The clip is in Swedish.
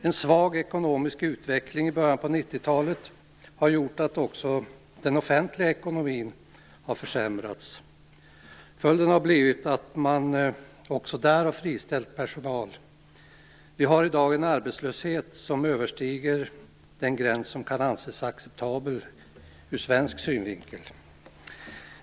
En svag ekonomisk utveckling i början av 90-talet har gjort att också den offentliga ekonomin har försämrats. Följden har blivit att man också där har friställt personal. Vi har i dag en arbetslöshet som överstiger den gräns som kan anses acceptabel ur svensk synvinkel.